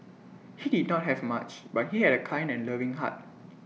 he did not have much but he had A kind and loving heart